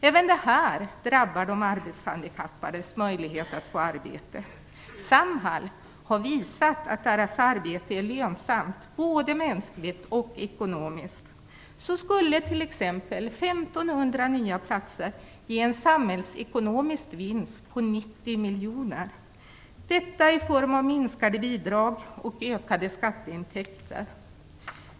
Även det drabbar de arbetshandikappades möjlighet att få arbete. Samhall har visat att det arbete man utför är lönsamt, både mänskligt och ekonomiskt. T.ex. skulle 1 500 nya platser ge en samhällsekonomisk vinst på 90 miljoner, detta i form av minskade bidrag och ökade skatteintäkter.